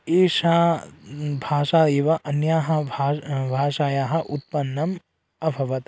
एषा भाषा एव अन्याः भाषाः भाषायाः उत्पन्नम् अभवत्